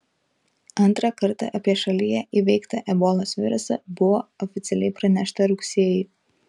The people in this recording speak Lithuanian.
antrą kartą apie šalyje įveiktą ebolos virusą buvo oficialiai pranešta rugsėjį